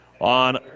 on